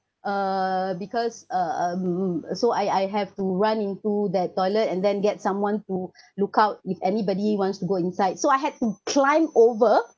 uh because uh um so I I have to run into that toilet and then get someone to lookout if anybody wants to go inside so I had to climb over